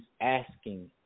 asking